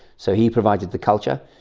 so he provided the culture,